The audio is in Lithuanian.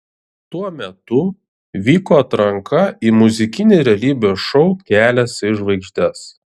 tuo metu vyko atranka į muzikinį realybės šou kelias į žvaigždes